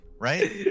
Right